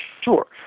sure